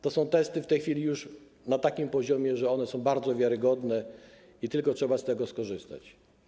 To są już w tej chwili testy na takim poziomie, że one są bardzo wiarygodne, tylko trzeba z tego skorzystać.